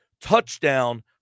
touchdown